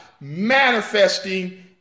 manifesting